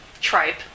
tripe